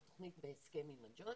זו תוכנית בהסכם עם הג'וינט.